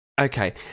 Okay